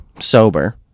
sober